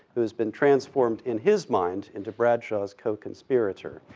who has been transformed, in his mind, into bradshaw's co-conspirator.